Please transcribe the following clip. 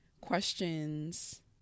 questions